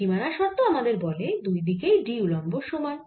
সীমানা শর্ত আমাদের বলে দুই দিকেই D উল্লম্ব সমান